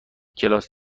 کلاس